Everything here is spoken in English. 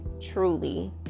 truly